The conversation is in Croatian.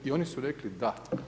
I oni su rekli da.